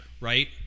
right